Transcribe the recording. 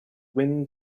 wind